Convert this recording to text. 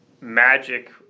magic